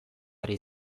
ari